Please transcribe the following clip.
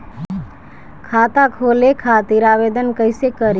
खाता खोले खातिर आवेदन कइसे करी?